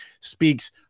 speaks